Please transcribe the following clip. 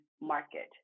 market